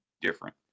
different